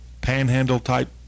panhandle-type